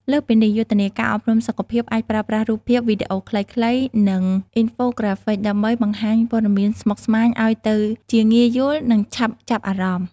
លើសពីនេះ យុទ្ធនាការអប់រំសុខភាពអាចប្រើប្រាស់រូបភាព វីដេអូខ្លីៗ និង Infographics ដើម្បីបង្ហាញព័ត៌មានស្មុគស្មាញឲ្យទៅជាងាយយល់និងចាប់អារម្មណ៍។